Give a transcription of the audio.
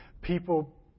people